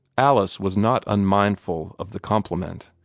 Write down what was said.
alice was not unmindful of the compliment,